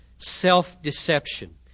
Self-deception